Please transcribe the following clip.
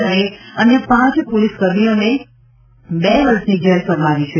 જ્યારે અન્ય પાંચ પોલીસ કર્મીઓને બે વર્ષની જેલ ફરમાવી છે